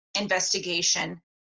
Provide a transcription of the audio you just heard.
investigation